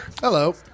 hello